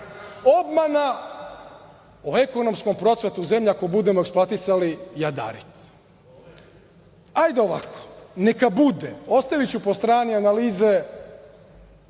obmana o ekonomskom procvatu zemlje ako budemo eksploatisali jadarit. Hajde, ovako neka bude, ostaviću po strani analize